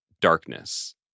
darkness